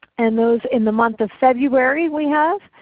and those in the month of february we have.